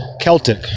Celtic